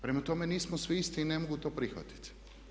Prema tome, nismo svi isti i ne mogu to prihvatiti.